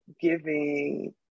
giving